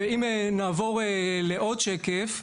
אם נעבור לשקף הבא,